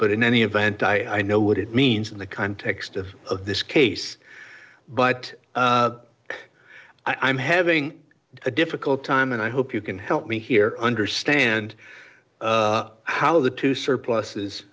but in any event i know what it means in the context of of this case but i'm having a difficult time and i hope you can help me here understand how the two surpluses